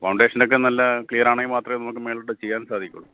ഫൗണ്ടേഷനൊക്കെ നല്ല ക്ലിയറണെങ്കില് മാത്രമേ നമുക്ക് മുകളിലോട്ടു ചെയ്യാൻ സാധിക്കൂ